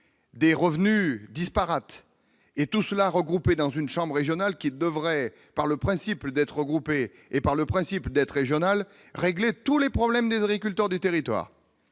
des revenus disparates et tout cela, regroupés dans une chambre régionale qui devrait par le principe d'être regroupés et par le principe d'être régional régler tous les problèmes de régulateur des territoires.